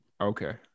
Okay